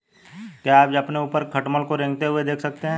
क्या आप अपने ऊपर खटमल को रेंगते हुए देख सकते हैं?